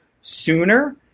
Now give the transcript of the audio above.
sooner